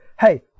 hey